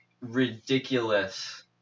ridiculous